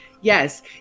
yes